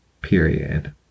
Period